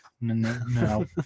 No